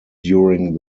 during